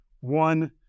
One